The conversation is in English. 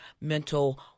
mental